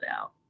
out